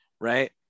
Right